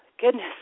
goodness